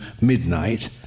midnight